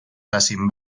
facin